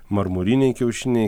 marmuriniai kiaušiniai